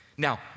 Now